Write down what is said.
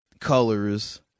Colors